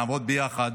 נעבוד ביחד.